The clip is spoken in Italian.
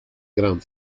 gran